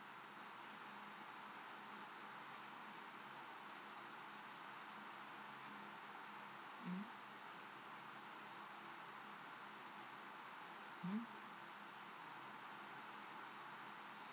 mm